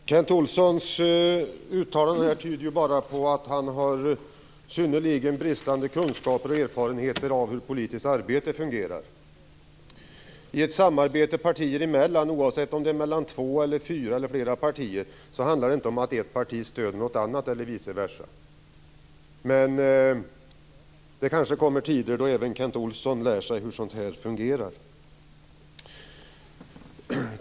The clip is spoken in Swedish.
Fru talman! Kent Olssons uttalande här tyder bara på att han har synnerligen bristande kunskaper och erfarenheter av hur politiskt arbete fungerar. I ett samarbete partier emellan - oavsett om det är mellan två, fyra eller fler partier - handlar det inte om att ett parti stöder något annat. Men det kanske kommer tider då även Kent Olsson lär sig hur sådant här fungerar.